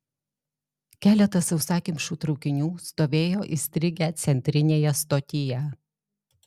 keletas sausakimšų traukinių stovėjo įstrigę centrinėje stotyje